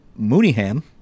Mooneyham